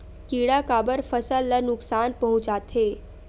किड़ा काबर फसल ल नुकसान पहुचाथे?